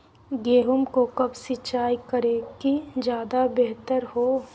गेंहू को कब सिंचाई करे कि ज्यादा व्यहतर हो?